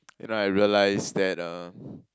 you know I realised that uh